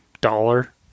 dollar